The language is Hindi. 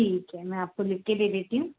ठीक है मैं आपको लिख के दे देती हूँ